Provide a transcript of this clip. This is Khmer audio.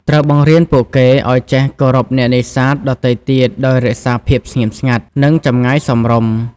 ត្រូវបង្រៀនពួកគេឱ្យចេះ គោរពអ្នកនេសាទ ដទៃទៀតដោយរក្សាភាពស្ងៀមស្ងាត់និងចម្ងាយសមរម្យ។